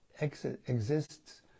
exists